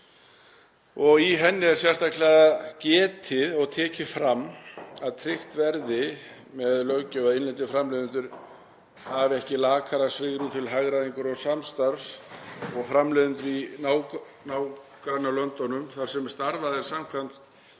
Í henni er sérstaklega getið og tekið fram að tryggt verði með löggjöf að innlendir framleiðendur hafi ekki lakara svigrúm til hagræðingar og samstarfs en framleiðendur í nágrannalöndunum þar sem starfað er samkvæmt